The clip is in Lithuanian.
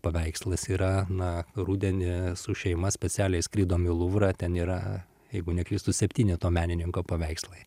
paveikslas yra na rudenį su šeima specialiai skridom į luvrą ten yra jeigu neklystu septyneto menininko paveikslai